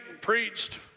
preached